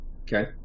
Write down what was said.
okay